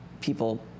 people